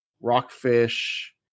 Rockfish